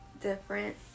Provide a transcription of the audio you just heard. different